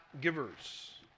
givers